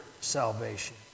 salvation